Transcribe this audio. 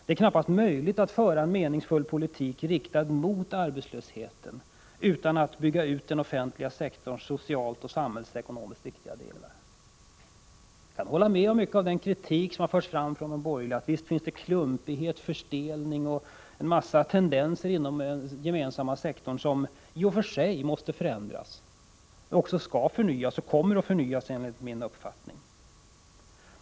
Det är knappast möjligt att föra en meningsfull politik, riktad mot arbetslösheten, utan att bygga ut den offentliga sektorns socialt och samhällsekonomiskt viktiga delar. Jag kan hålla med om mycket av den kritik som har förts fram från de borgerliga: Visst finns det klumpighet, förstelning och många tendenser inom den offentliga sektorn som i och för sig måste förändras. Den skall också förnyas, och kommer enligt min uppfattning att förnyas.